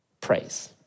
Praise